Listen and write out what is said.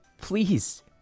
Please